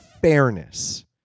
fairness